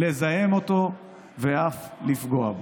לזהם אותו ואף לפגוע בו.